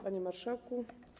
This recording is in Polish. Panie Marszałku!